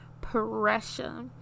pressure